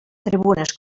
tribunes